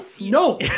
No